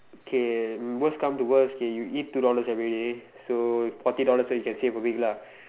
okay um worst come to worst okay you eat two dollars everyday so forty dollars so you can save a week lah